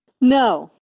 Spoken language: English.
No